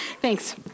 thanks